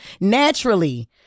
naturally